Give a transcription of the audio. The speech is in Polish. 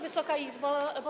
Wysoka Izbo!